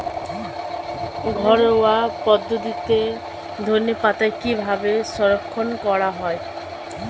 ঘরোয়া পদ্ধতিতে ধনেপাতা কিভাবে সংরক্ষণ করা হয়?